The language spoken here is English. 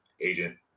Agent